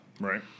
Right